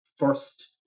First